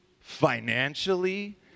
financially